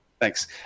Thanks